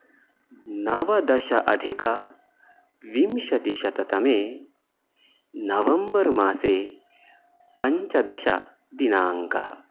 नवदश अधिक विंशतिशततमे नवम्बर् मासे पञ्चदशदिनाङ्कः